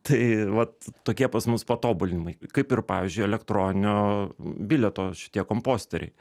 tai vat tokie pas mus patobulinimai kaip ir pavyzdžiui elektroninio bilieto šitie komposteriai